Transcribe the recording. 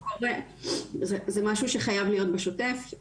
לא, זה משהו שחייב להיות בשותף.